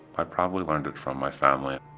i probably learned it from my family.